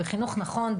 בחינוך נכון,